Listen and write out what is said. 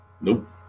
Nope